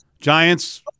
Giants